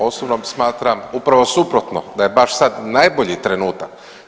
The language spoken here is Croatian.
Osobno smatram upravo suprotno da je baš sad najbolji trenutak.